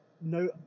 No